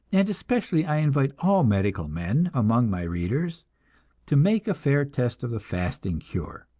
and especially i invite all medical men among my readers to make a fair test of the fasting cure.